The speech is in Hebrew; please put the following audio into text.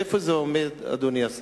איפה זה עומד, אדוני השר?